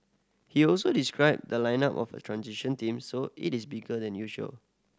he also described the lineup as a transition team so it is bigger than usual